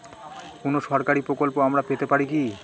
কোন সরকারি প্রকল্প আমরা পেতে পারি কি?